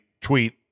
tweet